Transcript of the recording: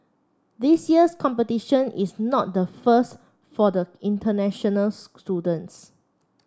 this year's competition is not the first for the international students